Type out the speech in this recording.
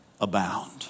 abound